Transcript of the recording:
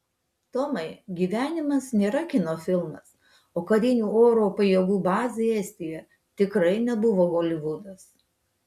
tomai gyvenimas nėra kino filmas o karinių oro pajėgų bazė estijoje tikrai nebuvo holivudas